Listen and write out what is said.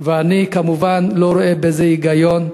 ואני כמובן לא רואה בזה היגיון.